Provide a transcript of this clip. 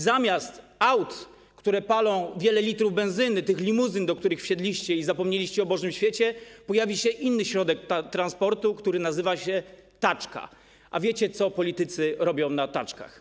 Zamiast aut, które palą wiele litrów benzyny, tych limuzyn, do których wsiedliście i zapomnieliście o bożym świecie, pojawi się inny środek transportu, który nazywa się taczka, a wiecie, co politycy robią na taczkach.